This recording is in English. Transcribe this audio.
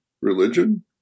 religion